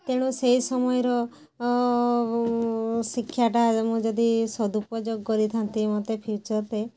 ତେଣୁ ସେଇ ସମୟର ଶିକ୍ଷାଟା ମୁଁ ଯଦି ସଦୁପଯୋଗ କରିଥାଆନ୍ତି ମୋତେ ଫିଉଚର୍ରେ